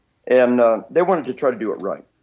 and they wanted to try to do it right.